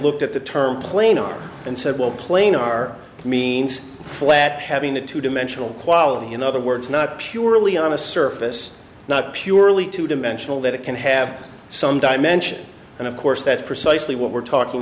looked at the term plainer and said well plain are means flat having a two dimensional quality in other words not purely on a surface not purely two dimensional that it can have some dimension and of course that's precisely what we're talking